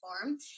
form